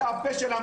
אתה הפה שלנו.